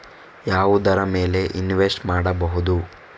ಯಾವುದರ ಮೇಲೆ ಇನ್ವೆಸ್ಟ್ ಮಾಡಬಹುದು?